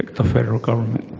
the federal kind of